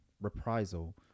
reprisal